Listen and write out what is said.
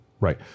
Right